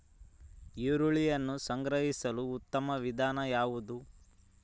ಈರುಳ್ಳಿಯನ್ನು ಸಂಗ್ರಹಿಸಲು ಉತ್ತಮ ವಿಧಾನ ಯಾವುದು?